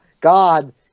God